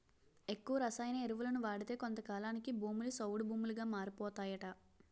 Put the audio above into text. ఎక్కువ రసాయన ఎరువులను వాడితే కొంతకాలానికి భూములు సౌడు భూములుగా మారిపోతాయట